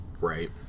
Right